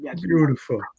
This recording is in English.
Beautiful